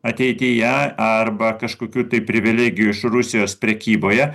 ateityje arba kažkokių tai privilegijų iš rusijos prekyboje